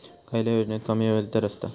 खयल्या योजनेत कमी व्याजदर असता?